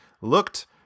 looked